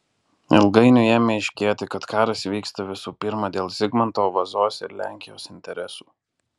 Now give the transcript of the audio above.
ilgainiui ėmė aiškėti kad karas vyksta visų pirma dėl zigmanto vazos ir lenkijos interesų